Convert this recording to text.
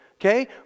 okay